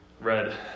red